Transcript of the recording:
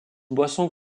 boisson